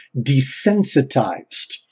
desensitized